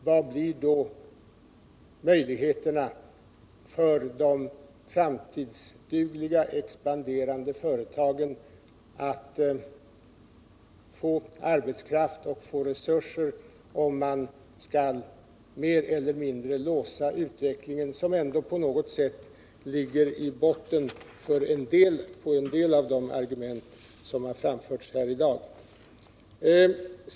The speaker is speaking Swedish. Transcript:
Vilka blir då möjligheterna för de framtidsdugliga, expanderande företagen att få arbetskraft och få resurser, om man skall mer eller mindre låsa utvecklingen, som ändå på något sätt ligger i botten på en del av de argument som har framförts här i dag?